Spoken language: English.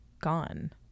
gone